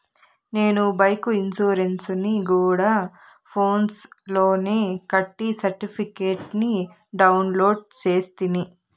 నేను బైకు ఇన్సూరెన్సుని గూడా ఫోన్స్ లోనే కట్టి సర్టిఫికేట్ ని డౌన్లోడు చేస్తిని